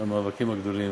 במאבקים הגדולים